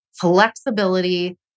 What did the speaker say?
flexibility